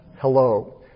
hello